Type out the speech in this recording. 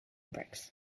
bricks